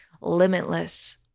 limitless